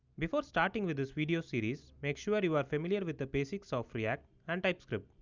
before starting with this video series make sure you are familiar with the basics of react and typescript.